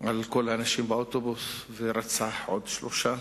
על כל האנשים באוטובוס ורצח עוד שלושה,